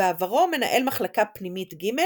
ובעברו מנהל מחלקה פנימית ג'